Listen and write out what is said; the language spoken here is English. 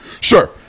Sure